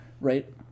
Right